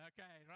Okay